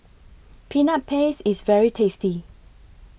Peanut Paste IS very tasty